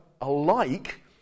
alike